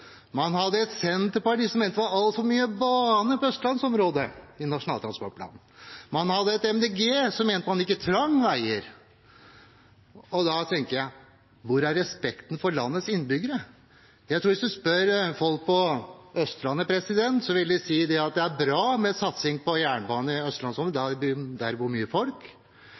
Man hadde et Senterparti som mente det var altfor mye bane i Østlands-området i Nasjonal transportplan. Man hadde Miljøpartiet De Grønne, som mente at man ikke trengte veier. Da tenker jeg: Hvor er respekten for landets innbyggere? Jeg tror at hvis man spør folk på Østlandet, så vil de si at det er bra med satsing på jernbane i Østlands-området, for der bor det mye folk.